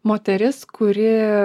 moteris kuri